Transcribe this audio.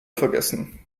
vergessen